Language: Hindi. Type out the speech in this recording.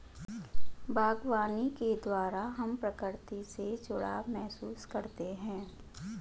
बागवानी के द्वारा हम प्रकृति से जुड़ाव महसूस करते हैं